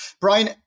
Brian